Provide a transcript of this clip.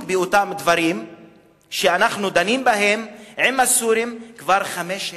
באותם דברים שאנחנו דנים בהם עם הסורים כבר 15 שנה.